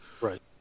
right